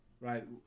Right